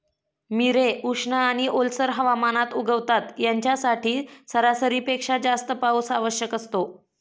मिरे उष्ण आणि ओलसर हवामानात उगवतात, यांच्यासाठी सरासरीपेक्षा जास्त पाऊस आवश्यक असतो